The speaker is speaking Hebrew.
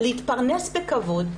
להתפרנס בכבוד,